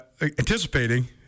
anticipating